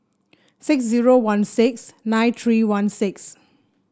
six zero one six nine three one six